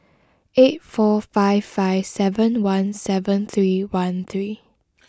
eight four five five seven one seven three one three